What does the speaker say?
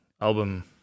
album